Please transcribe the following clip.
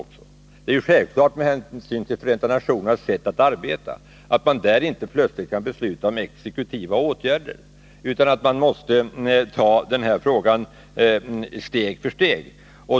Med hänsyn till Förenta nationernas sätt att arbeta är det självklart att man där inte plötsligt kan besluta om exekutiva åtgärder, utan man måste behandla den här frågan steg för steg.